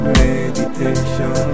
meditation